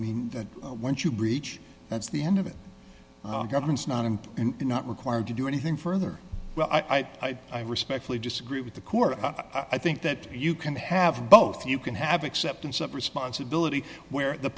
mean that when you breach that's the end of it government's not him and not required to do anything further well i i respectfully disagree with the court i think that you can have both you can have acceptance of responsibility where the